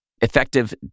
Effective